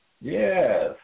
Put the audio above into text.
Yes